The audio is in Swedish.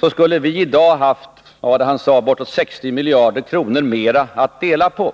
så skulle vi i dag ha haft bortåt 60 miljarder kronor — jag tror det var vad Olof Palme nämnde — mera att dela på.